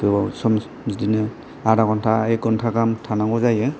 गोबाव सम बिदिनो आधा घन्टा एक घन्टा गाहाम थानांगौ जायो